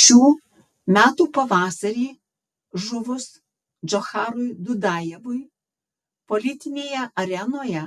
šių metų pavasarį žuvus džocharui dudajevui politinėje arenoje